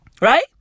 Right